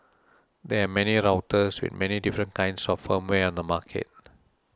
there are many routers with many different kinds of firmware on the market